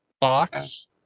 box